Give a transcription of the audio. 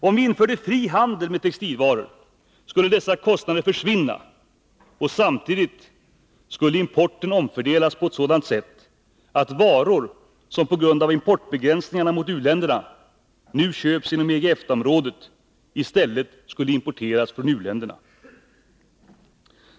Om vi införde frihandel för textilvaror skulle dessa kostnader försvinna, och samtidigt skulle importen omfördelas på ett sådant sätt att varor som på grund av importbegränsningar mot u-länderna nu köps inom EG och EFTA-området i stället skulle importeras från u-länderna.